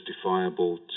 justifiable